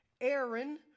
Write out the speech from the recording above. Aaron